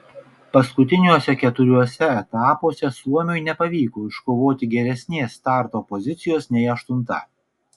paskutiniuose keturiuose etapuose suomiui nepavyko iškovoti geresnės starto pozicijos nei aštunta